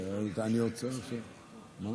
לא,